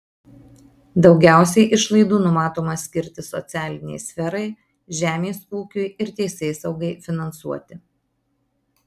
daugiausiai išlaidų numatoma skirti socialinei sferai žemės ūkiui ir teisėsaugai finansuoti